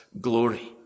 glory